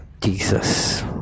Jesus